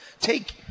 Take